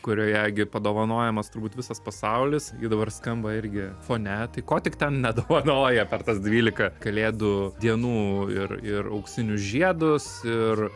kurioje gi padovanojamas turbūt visas pasaulis ji dabar skamba irgi fone tai ko tik ten nedovanoja per tas dvylika kalėdų dienų ir ir auksinius žiedus ir